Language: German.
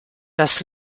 das